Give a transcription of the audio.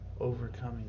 overcoming